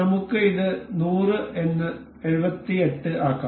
നമുക്ക് ഇത് 100 എന്ന് 78 ആക്കാം